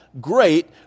great